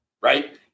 right